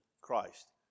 Christ